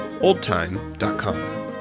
oldtime.com